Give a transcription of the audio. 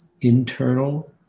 internal